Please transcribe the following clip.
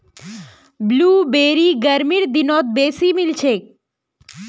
blueberry गर्मीर दिनत बेसी मिलछेक